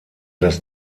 das